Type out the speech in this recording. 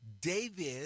David